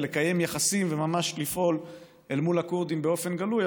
ולקיים יחסים וממש לפעול אל מול הכורדים באופן גלוי.